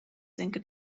senke